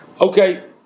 Okay